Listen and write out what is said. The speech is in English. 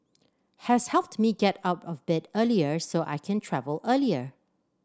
has helped me get out of bed earlier so I can travel earlier